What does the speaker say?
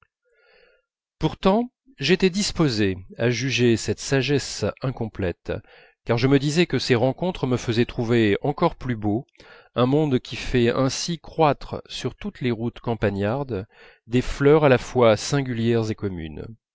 pourtant j'étais disposé à juger cette sagesse incomplète car je me disais que ces rencontres me faisaient trouver encore plus beau un monde qui fait ainsi croître sur toutes les routes campagnardes des fleurs à la fois singulières et communes